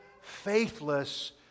faithless